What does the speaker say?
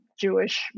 Jewish